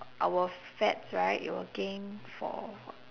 our f~ fats right it will gain for